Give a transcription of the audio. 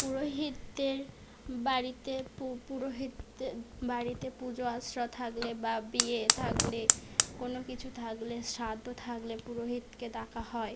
পুরোহিতদের বাড়িতে পুরোহিতদের বাড়িতে পুজো আরচা থাকলে বা বিয়ে থাকলে কোনো কিছু থাকলে শ্রাদ্ধ থাকলে পুরোহিতকে ডাকা হয়